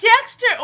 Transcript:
Dexter